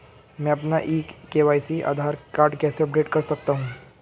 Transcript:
मैं अपना e KYC Aadhaar card कैसे अपडेट कर सकता हूँ?